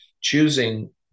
choosing